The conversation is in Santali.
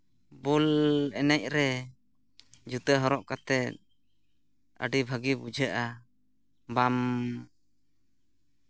ᱵᱚᱞ ᱮᱱᱮᱡ ᱨᱮ ᱡᱩᱛᱟᱹ ᱦᱚᱨᱚᱜ ᱠᱟᱛᱮ ᱟᱹᱰᱤ ᱵᱷᱟᱜᱮ ᱵᱩᱡᱷᱟᱹᱜᱼᱟ ᱵᱟᱢ